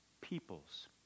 peoples